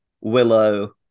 willow